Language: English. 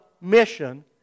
mission